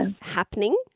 happening